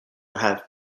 have